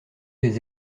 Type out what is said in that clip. des